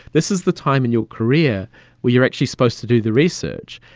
this is the time in your career where you're actually supposed to do the research,